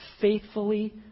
faithfully